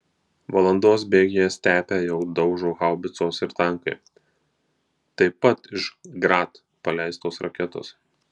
valandos bėgyje stepę jau daužo haubicos ir tankai taip pat iš grad paleistos raketos